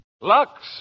Lux